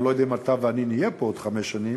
אני לא יודע אם אתה ואני נהיה פה עוד חמש שנים,